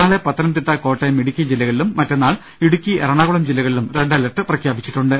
നാളെ പത്തനംതിട്ട കോട്ടയം ഇടുക്കി ജില്ലകളിലും മറ്റന്നാൾ ഇടുക്കി എറ ണാകുളം ജില്ലകളിലും റെഡ് അലേർട്ട് പ്രഖ്യാപിച്ചിട്ടുണ്ട്